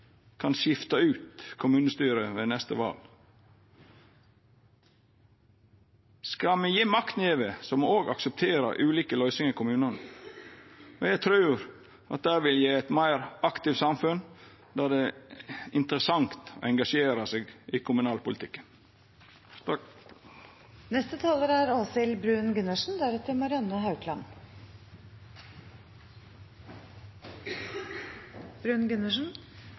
kan dei skifta ut kommunestyret ved neste val. Skal me gje makt frå oss, må me òg akseptera ulike løysingar i kommunane. Eg trur det vil gje eit meir aktivt samfunn, der det er interessant å engasjera seg i kommunalpolitikken.